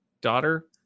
daughter